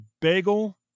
bagel